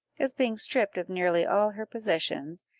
as being stripped of nearly all her possessions,